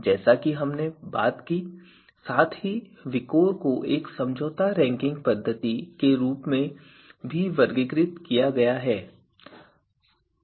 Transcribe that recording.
जैसा कि हमने बात की साथ ही विकोर को एक समझौता रैंकिंग पद्धति के रूप में भी वर्गीकृत किया गया है